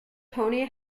tony